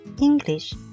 English